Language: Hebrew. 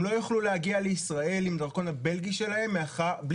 הם לא יוכלו להגיע לישראל עם הדרכון הבלגי שלהם בלי